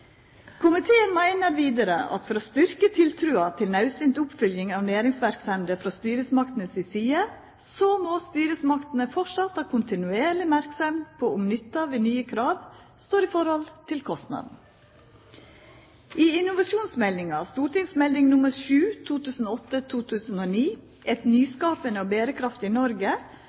Komiteen meiner vidare at for å styrkja tiltrua til naudsynt oppfølging av næringsverksemder frå styresmaktene si side, må styresmaktene framleis ha kontinuerleg merksemd på om nytta av nye krav står i høve til kostnaden. I innovasjonsmeldinga, St.meld. nr. 7 for 2008–2009, Et nyskapende og